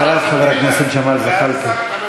אחריו, חבר הכנסת ג'מאל זחאלקה.